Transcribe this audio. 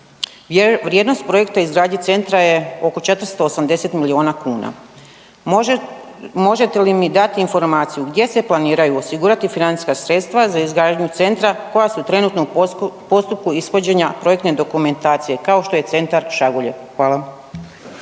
Vrijednost projekta izgradnje centra je oko 480 miliona kuna. Možete li mi dati informaciju gdje se planiraju osigurati financijska sredstva za izgradnju centra koja su trenutno u postupku ishođena projektne dokumentacije kao što je centar Šagulja. Hvala.